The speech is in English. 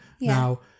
Now